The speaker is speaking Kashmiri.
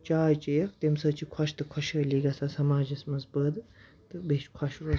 چاے چیٚیَکھ تمہِ سۭتۍ چھِ خۄش تہٕ خۄشحٲلی گژھان سَماجَس منٛز پٲدٕ تہٕ بیٚیہِ چھِ خۄش روان